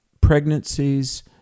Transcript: pregnancies